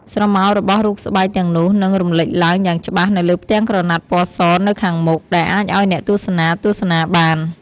ស្រមោលរបស់រូបស្បែកទាំងនោះនឹងរំលេចឡើងយ៉ាងច្បាស់នៅលើផ្ទាំងក្រណាត់ពណ៌សនៅខាងមុខ ដែលអាចឲ្យអ្នកទស្សនាទស្សនាបាន។